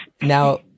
Now